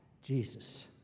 Jesus